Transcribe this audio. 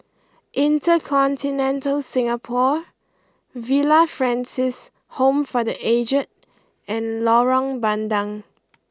InterContinental Singapore Villa Francis Home for the Aged and Lorong Bandang